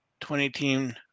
2018